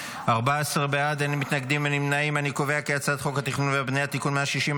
הצעת חוק התכנון והבנייה (תיקון מס' 160),